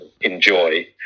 enjoy